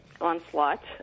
onslaught